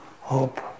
hope